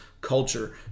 culture